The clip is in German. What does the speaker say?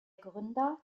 gründer